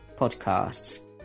podcasts